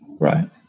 Right